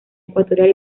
ecuatorial